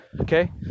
Okay